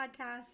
podcast